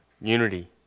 unity